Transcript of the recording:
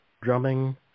drumming